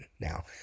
Now